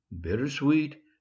bittersweet